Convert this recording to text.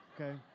Okay